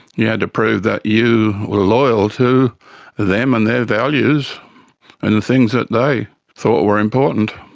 you had to prove that you were loyal to them and their values and the things that they thought were important.